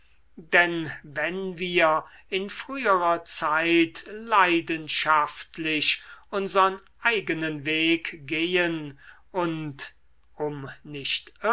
denn wenn wir in früherer zeit leidenschaftlich unsern eigenen weg gehen und um nicht